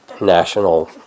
national